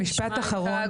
משפט אחרון,